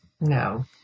No